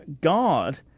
God